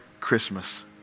Christmas